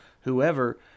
whoever